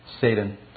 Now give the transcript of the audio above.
Satan